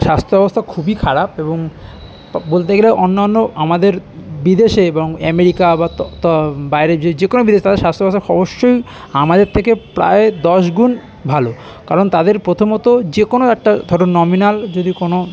স্বাস্থ্য ব্যবস্থা খুবই খারাপ এবং বলতে গেলে অন্যান্য আমাদের বিদেশে এবং অ্যামেরিকা বা তত বাইরে যে যে কোনো বিদেশের স্বাস্থ্য ব্যবস্থা অবশ্যই আমাদের থেকে প্রায় দশ গুণ ভালো কারণ তাদের প্রথমত যে কোনো একটা ধরো নমিনাল যদি কোনো